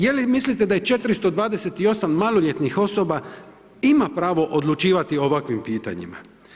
Je li mislite da je 428 maloljetnih osoba ima pravo odlučivati o ovakvim pitanjima?